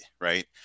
Right